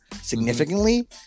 significantly